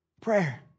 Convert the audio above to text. Prayer